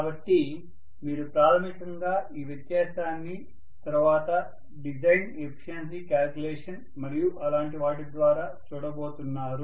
కాబట్టి మీరు ప్రాథమికంగా ఈ వ్యత్యాసాన్ని తరువాత డిజైన్ ఎఫిషియన్సీ క్యాలిక్యులేషన్ మరియు అలాంటి వాటి ద్వారా చూడబోతున్నారు